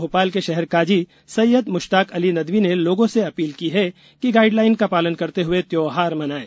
भोपाल के शहर काजी सैयद मुश्ताक अली नदवी ने लोगों से अपील की है कि गाइडलाइन का पालन करते हुए त्योहार मनाएं